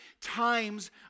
times